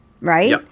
right